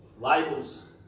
labels